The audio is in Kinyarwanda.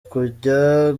kujya